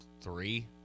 three